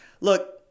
Look